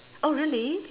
oh really